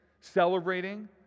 celebrating